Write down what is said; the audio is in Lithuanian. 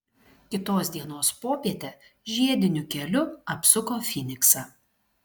kitos dienos popietę žiediniu keliu apsuko fyniksą